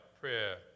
prayer